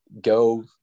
go